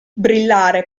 brillare